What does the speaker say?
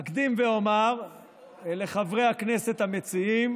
אקדים ואומר לחברי הכנסת המציעים